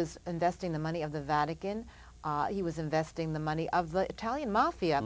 was investing the money of the vatican he was investing the money of the italian mafia